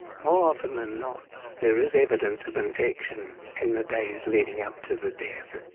more often than not there is evidence of infection in the days leading up to the death.